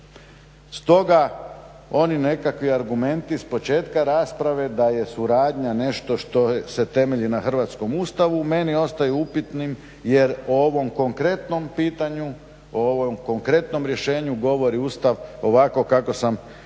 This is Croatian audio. Stoga, oni nekakvi argumenti sa početka rasprave da je suradnja nešto što se temelji na hrvatskom Ustavu meni ostaje upitnim jer u ovom konkretnom pitanju, o ovom konkretnom rješenju govori Ustav ovako kako sam pročitao